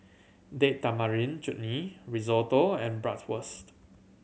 Date Tamarind Chutney Risotto and Bratwurst